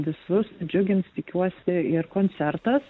visus džiugins tikiuosi ir koncertas